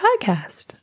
podcast